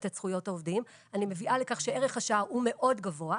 את זכויות העובדים אלא אני מביאה לכך שערך השעה הוא מאוד גבוה,